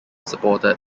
supported